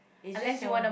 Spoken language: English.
is there someone